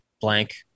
blank